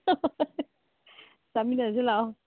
ꯆꯥꯃꯤꯟꯅꯁꯤ ꯂꯥꯛꯑꯣ